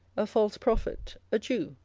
a false prophet, a jew,